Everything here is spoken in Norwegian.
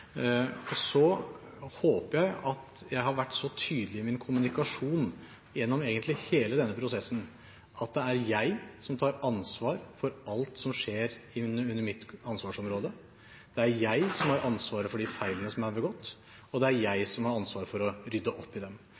Så håper jeg at jeg har vært så tydelig i min kommunikasjon gjennom egentlig hele denne prosessen på at det er jeg som tar ansvar for alt som skjer innunder mitt ansvarsområde. Det er jeg som har ansvaret for de feilene som er begått, og det er jeg som har ansvaret for å rydde opp i dem.